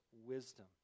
wisdom